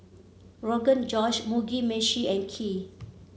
Rogan Josh Mugi Meshi and Kheer